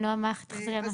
נעה, תחזרי על מה שאמרת.